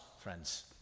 friends